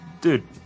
dude